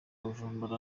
bujumbura